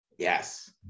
Yes